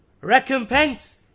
recompense